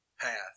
path